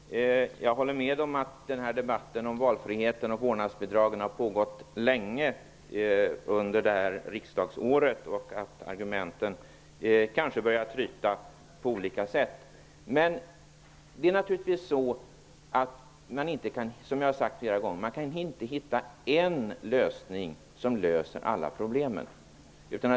Herr talman! Jag håller med om att debatten om valfriheten och vårdnadsbidraget har pågått länge under det här riksdagsåret och att argumenten kanske börjar tryta. Men man kan inte hitta en lösning som löser alla problem.